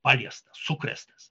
paliestas sukrėstas